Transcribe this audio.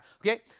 okay